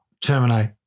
terminate